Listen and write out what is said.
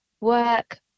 work